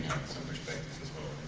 perspectives as well.